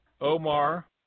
Omar